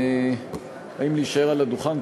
האם להישאר על הדוכן?